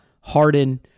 Harden